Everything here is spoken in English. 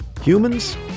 humans